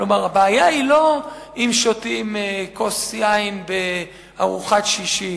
כלומר, הבעיה היא לא אם שותים כוס יין בארוחת שישי